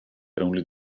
only